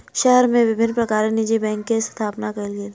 शहर मे विभिन्न प्रकारक निजी बैंक के स्थापना कयल गेल